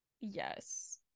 Yes